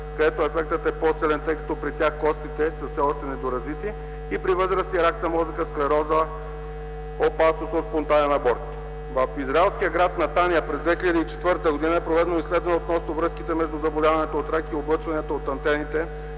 където ефектът е по-силен, тъй като при тях костите са все още недоразвити, и при възрастни – рак на мозъка, склероза и опасност от спонтанен аборт. В израелския град Натания през 2004 г. е проведено изследване относно връзките между заболяването от рак и облъчването от антените